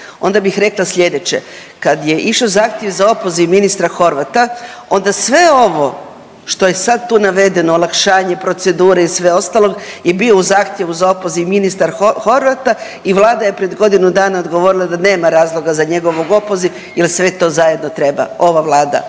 onda bih rekla slijedeće. Kad je išao zahtjev za opoziv ministra Horvata onda sve ovo što je sad tu navedeno olakšanje procedure i sve ostalog je bio u zahtjevu za opoziv ministra Horvata i Vlada je pred godinu dana odgovorila da nema razloga za njegov opoziv jer sve to zajedno treba. Ova Vlada,